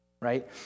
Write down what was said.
right